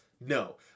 no